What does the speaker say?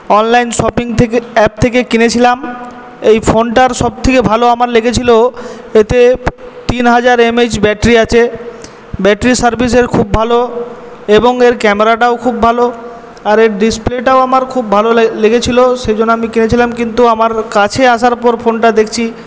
online shopping থেকে app থেকে কিনেছিলাম এই ফোনটা সত্যি ভালো আমার লেগেছিল এতে তিনহাজার এম এইচ ব্যাটারি আছে ব্যাটারি সার্ভিস এর খুব ভালো এবং এর ক্যামেরাটাও খুব ভালো আর এর ডিসপ্লেটাও আমার খুব ভালো লেগেছিল সেই জন্য আমি কিনেছিলাম কিন্তু আমার কাছে আসার পর দেখছি ফোনটা